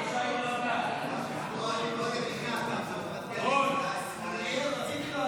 ההצעה להעביר את הצעת חוק לתיקון פקודת העיריות